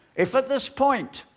if at this point,